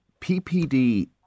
PPD